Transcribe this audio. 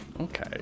Okay